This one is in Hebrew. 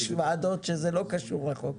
יש ועדות שזה לא קשור לחוק.